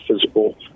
physical